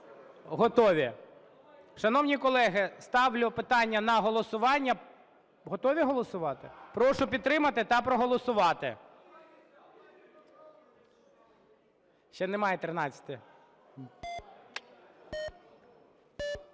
Готові. Шановні колеги, ставлю питання на голосування. Готові голосувати? Прошу підтримати та проголосувати. Ще немає 13-ї.